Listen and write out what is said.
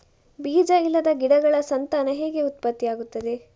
ಬೀಜ ಇಲ್ಲದ ಗಿಡಗಳ ಸಂತಾನ ಹೇಗೆ ಉತ್ಪತ್ತಿ ಆಗುತ್ತದೆ?